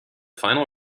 final